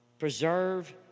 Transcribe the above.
Preserve